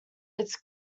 its